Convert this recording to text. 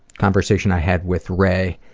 conversation i had with ray.